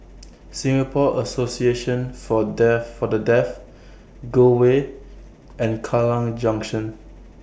Singapore Association For The Deaf Gul Way and Kallang Junction